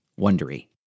Wondery